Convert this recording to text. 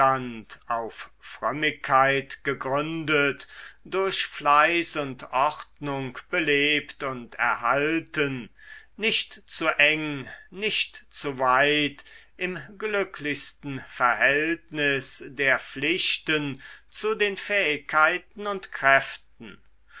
auf frömmigkeit gegründet durch fleiß und ordnung belebt und erhalten nicht zu eng nicht zu weit im glücklichsten verhältnis der pflichten zu den fähigkeiten und kräften